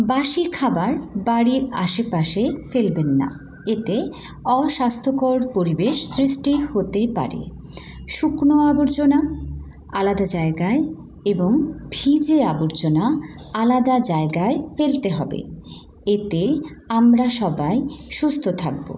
বাসি খাবার বাড়ির আশেপাশে ফেলবেন না এতে অস্বাস্থ্যকর পরিবেশ সৃষ্টি হতে পারে শুকনো আবর্জনা আলাদা জায়গায় এবং ভিজে আবর্জনা আলাদা জায়গায় ফেলতে হবে এতে আমরা সবাই সুস্থ থাকবো